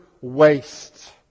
wastes